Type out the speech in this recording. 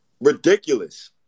Ridiculous